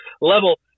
level